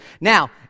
Now